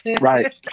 right